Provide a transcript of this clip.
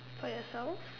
for yourself